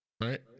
right